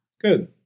good